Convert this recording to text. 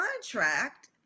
contract